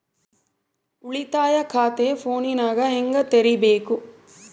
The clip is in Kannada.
ಉಳಿತಾಯ ಖಾತೆ ಫೋನಿನಾಗ ಹೆಂಗ ತೆರಿಬೇಕು?